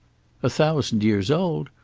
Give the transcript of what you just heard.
a thousand years old.